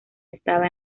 estaba